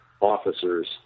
officers